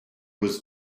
was